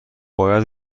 باید